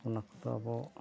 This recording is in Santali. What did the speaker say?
ᱚᱱᱟ ᱠᱚᱫᱚ ᱟᱵᱚ